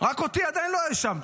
רק אותי עדיין לא האשמת.